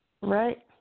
Right